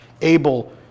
able